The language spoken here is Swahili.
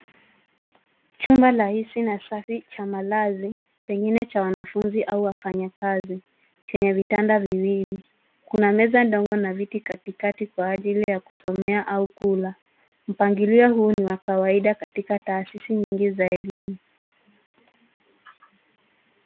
Chumba rahisi na safi cha malazi pengine cha wanafunzi au wafanyakazi chenye vitanda viwili. Kuna meza ndogo na viti katikati kwa ajili ya kusomea au kula. Mpangilio huu ni wa kawaida katika taasisi nyingi za elimu.